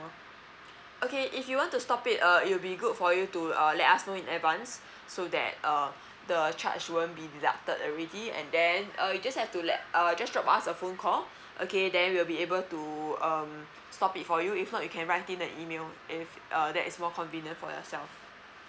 okay if you want to stop it uh it will be good for you to uh let us know in advance so that uh the charge won't be deducted already and then uh you just have to let uh just drop us a phone call okay then we'll be able to um stop it for you if not you can write in an email is uh that is more convenient for yourself